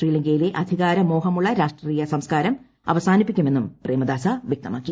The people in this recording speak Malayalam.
ശ്രീലങ്കയിലെ അധികാര മോഹമുള്ള രാഷ്ട്രീയ സംസ്ക്കാരം അവസാനിപ്പിക്കുമെന്നും പ്രേമദാസ വൃക്തമാക്കി